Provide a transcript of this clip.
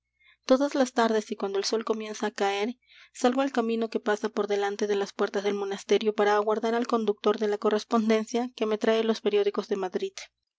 todas las tardes y cuando el sol comienza á caer salgo al camino que pasa por delante de las puertas del monasterio para aguardar al conductor de la correspondencia que me trae los periódicos de madrid